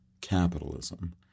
capitalism